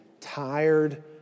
tired